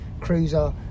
cruiser